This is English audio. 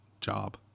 job